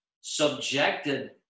subjected